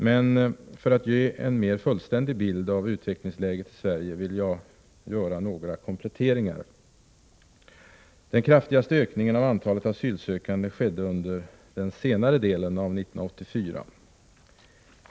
Men för att ge en mer fullständig bild av utvecklingsläget i Sverige, vill jag göra några kompletteringar. Den kraftigaste ökningen av antalet asylsökande skedde under den senare delen av 1984.